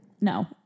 No